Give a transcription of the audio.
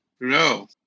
No